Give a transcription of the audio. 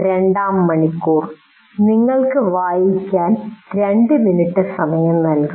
രണ്ടാം മണിക്കൂർ നിങ്ങൾക്ക് വായിക്കാൻ 2 മിനിറ്റ് സമയം നൽകും